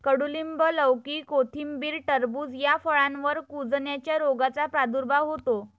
कडूलिंब, लौकी, कोथिंबीर, टरबूज या फळांवर कुजण्याच्या रोगाचा प्रादुर्भाव होतो